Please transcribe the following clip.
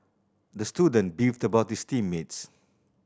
the student beefed about his team mates